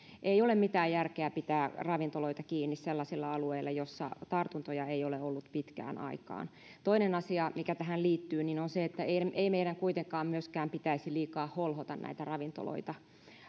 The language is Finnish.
ei ole mitään järkeä pitää ravintoloita kiinni sellaisilla alueilla joilla tartuntoja ei ole ollut pitkään aikaan toinen asia mikä tähän liittyy on se että ei meidän kuitenkaan myöskään pitäisi liikaa holhota näitä ravintoloita